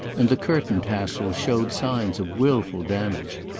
and the curtain tassels showed signs of wilful damage.